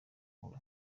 uri